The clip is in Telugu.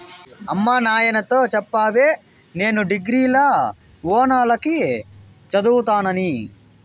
అమ్మ నాయనతో చెప్పవే నేను డిగ్రీల ఓనాల కి చదువుతానని